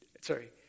Sorry